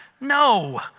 No